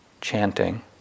chanting